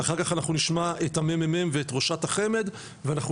ואחר כך אנחנו נשמע את הממ"מ ואת ראשת החמ"ד ואנחנו